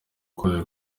bakozi